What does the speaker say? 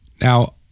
Now